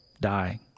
die